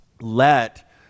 let